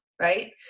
right